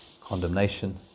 condemnation